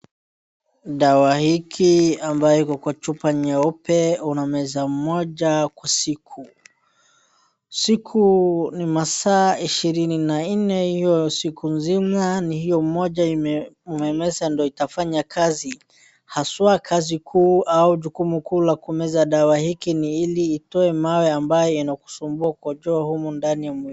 Dawa hiki ambayo iko kwa chupa nyeupe unameza moja kwa siku. Siku ni masaa ishirini na nne, hiyo siku mzima ni hiyo moja umemeza ndio itafanya kazi. Haswa kazi kuu ama jukumu kuu la kumeza dawa hiki ni ili itoe mawe ambayo inakusumbua kukojoa humu ndani ya mwili.